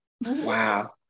Wow